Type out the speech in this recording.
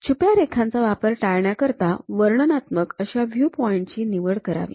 छुप्या रेखांचा वापर टाळण्याकरिता वर्णनात्मक अश्या व्ह्यूपॉईंट ची निवड करावी